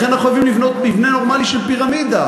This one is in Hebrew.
לכן אנחנו חייבים לבנות מבנה נורמלי של פירמידה,